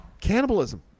cannibalism